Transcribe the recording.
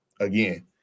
again